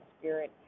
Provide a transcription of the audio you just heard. spirit